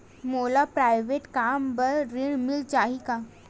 मोर private कम बर ऋण मिल जाही का?